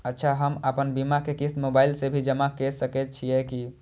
अच्छा हम आपन बीमा के क़िस्त मोबाइल से भी जमा के सकै छीयै की?